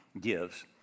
gives